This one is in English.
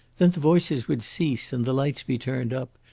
then the voices would cease and the lights be turned up,